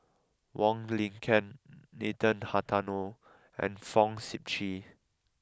Wong Lin Ken Nathan Hartono and Fong Sip Chee